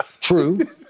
True